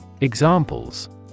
Examples